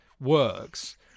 works